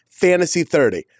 FANTASY30